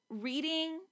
reading